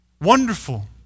Wonderful